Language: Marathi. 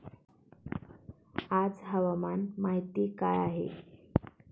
आज हवामान माहिती काय आहे?